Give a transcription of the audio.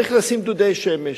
צריך לשים דודי שמש.